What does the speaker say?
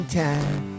time